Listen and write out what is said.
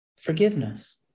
forgiveness